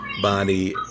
Bonnie